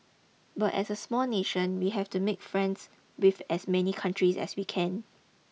but as a small nation we have to make friends with as many countries as we can